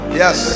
yes